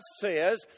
says